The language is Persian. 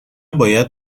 باید